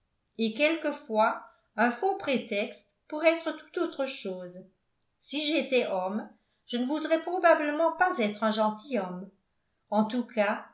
et quelquefois un faux prétexte pour être tout autre chose si j'étais homme je ne voudrais probablement pas être un gentilhomme en tout cas